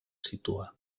situar